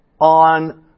on